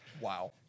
Wow